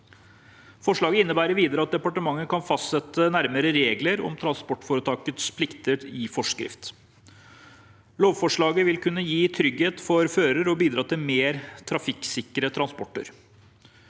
Forslaget innebærer videre at departementet kan fastsette nærmere regler om transportforetakets plikter i forskrift. Lovforslaget vil kunne gi trygghet for fører og bidra til mer trafikksikre transporter.